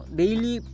daily